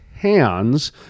hands